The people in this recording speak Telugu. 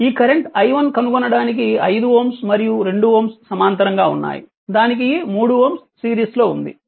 ఈ కరెంట్ i1 కనుగొనటానికి 5 Ω మరియు 2 Ω సమాంతరంగా ఉన్నాయి దానితో ఈ 3Ω సిరీస్లో ఉంది